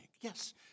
Yes